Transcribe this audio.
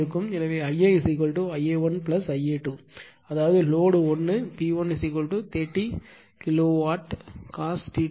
எனவேIa Ia 1 Ia 2 அதாவது load 1 P1 30 KW cos 1